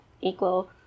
equal